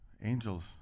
angel's